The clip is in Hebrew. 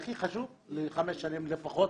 הכי חשוב, לפחות לחמש השנים הבאות.